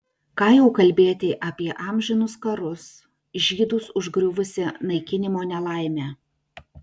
ką jau kalbėti apie amžinus karus žydus užgriuvusią naikinimo nelaimę